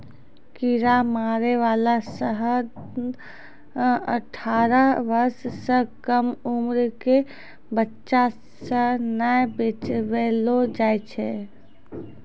कीरा मारै बाला जहर अठारह बर्ष सँ कम उमर क बच्चा सें नै बेचबैलो जाय छै